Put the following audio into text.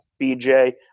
BJ